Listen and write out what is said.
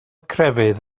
crefydd